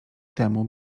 temu